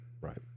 Right